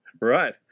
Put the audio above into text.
Right